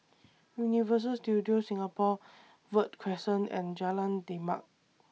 Universal Studios Singapore Verde Crescent and Jalan Demak